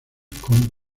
con